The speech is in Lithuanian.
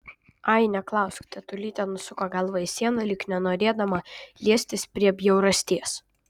ai neklausk tetulytė nusuko galvą į sieną lyg nenorėdama liestis prie bjaurasties